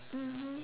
mmhmm